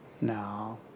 No